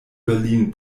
berlin